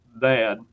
dad